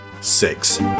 six